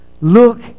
Look